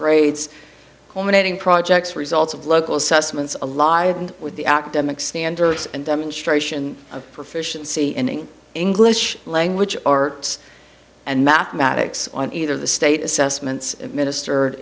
grades culminating projects results of local assessments alive and with the academic standards and demonstration of proficiency in english language arts and mathematics on either the state assessments minister